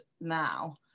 now